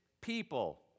people